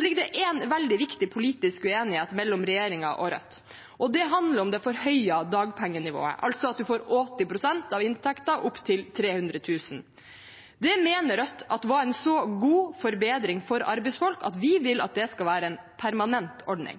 ligger en veldig viktig politisk uenighet mellom regjeringen og Rødt, og det handler om det forhøyede dagpengenivået, altså at man får 80 pst. av inntekten opp til 300 000 kr. Det mener Rødt var en så god forbedring for arbeidsfolk at vi vil at det skal være en permanent ordning.